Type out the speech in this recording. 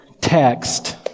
text